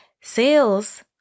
Sales